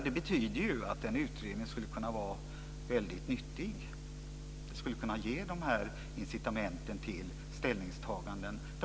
Det betyder att en utredning skulle kunna vara nyttig och ge incitament till ställningstaganden.